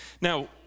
Now